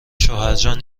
شوهرجان